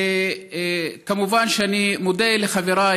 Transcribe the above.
וכמובן שאני מודה לחבריי,